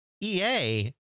EA